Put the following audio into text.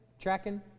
Tracking